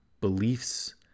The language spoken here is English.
beliefs